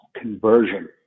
conversion